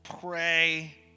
pray